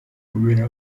kumera